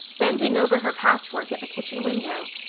bending over her patchwork at the kitchen window,